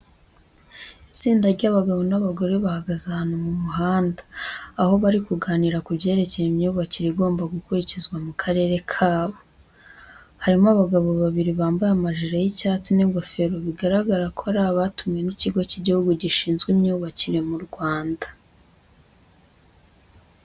Istinda ry'abagabo n'abagore bahagaze ahantu mu muhanda, aho bari kuganira ku byerekeye imyubakire igomba gukurikizwa mu karere kabo. Harimo abagabo babiri bambaye amajire y'icyatsi n'ingofero bigaragara ko ari abatumwe n'Ikigo cy'igihugu gishinzwe imyubakire mu Rwanda.